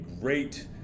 great